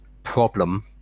problem